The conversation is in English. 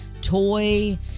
toy